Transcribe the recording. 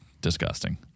disgusting